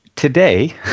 Today